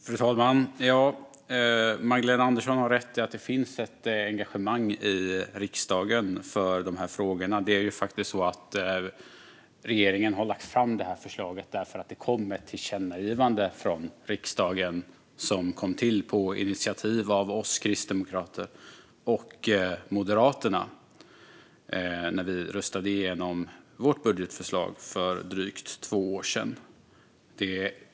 Fru talman! Magdalena Andersson har rätt i att det finns ett engagemang i riksdagen för de här frågorna. Regeringen har lagt fram det här förslaget på grund av ett tillkännagivande från riksdagen, som kom till på initiativ av oss i Kristdemokraterna och Moderaterna när vi för drygt två år sedan röstade igenom vårt budgetförslag.